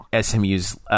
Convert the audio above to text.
SMU's –